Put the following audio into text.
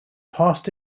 passed